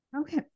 Okay